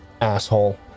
asshole